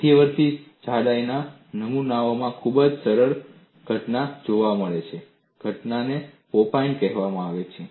મધ્યવર્તી જાડાઈના નમૂનાઓમાં ખૂબ જ સરસ ઘટના જોવા મળે છે ઘટનાને પોપ ઇન કહેવામાં આવે છે